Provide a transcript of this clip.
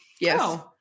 Yes